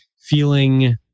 feeling